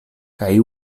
kaj